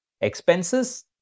expenses